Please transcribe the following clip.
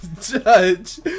Judge